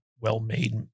well-made